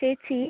ചേച്ചി